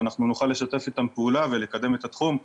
אנחנו נוכל לשתף איתם פעולה ולקדם את התחום,